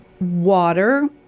water